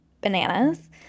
bananas